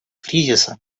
кризиса